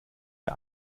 der